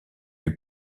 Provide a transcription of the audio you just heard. eut